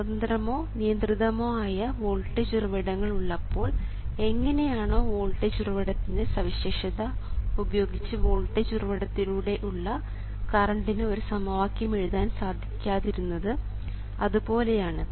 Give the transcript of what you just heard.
സ്വതന്ത്രമോ നിയന്ത്രിതമോ ആയ വോൾട്ടേജ് ഉറവിടങ്ങൾ ഉള്ളപ്പോൾ എങ്ങനെയാണോ വോൾട്ടേജ് ഉറവിടത്തിൻറെ സവിശേഷത ഉപയോഗിച്ച് വോൾട്ടേജ് ഉറവിടത്തിലൂടെ ഉള്ള കറണ്ടിന് ഒരു സമവാക്യം എഴുതാൻ സാധിക്കാതിരുന്നത് അതുപോലെയാണിത്